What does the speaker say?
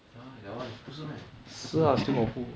ya that one 不是 meh 是 [what]